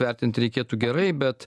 vertinti reikėtų gerai bet